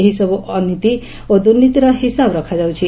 ଏହିସବୁ ଅନୀତି ଓ ଦୁର୍ନୀତିର ହିସାବ ରଖାଯାଉଛି